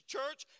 Church